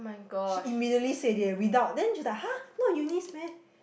she immediately said it eh without then just like har not Eunice meh